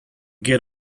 get